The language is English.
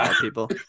people